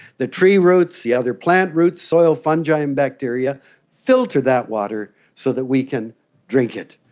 the tree roots, the other plant roots, soil, fungi and bacteria filter that water so that we can drink it.